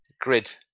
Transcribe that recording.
Grid